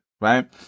right